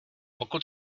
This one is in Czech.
pokud